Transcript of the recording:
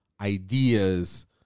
ideas